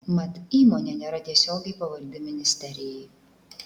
mat įmonė nėra tiesiogiai pavaldi ministerijai